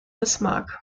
bismarck